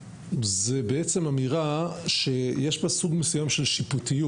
זאת בעצם אמירה שיש בה איזה סוג של שיפוטיות.